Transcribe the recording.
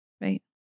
Right